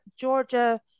Georgia